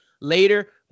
later